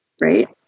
Right